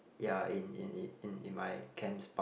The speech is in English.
ya in in in in in my camp's bunk